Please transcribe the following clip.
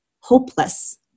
hopeless